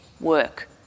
work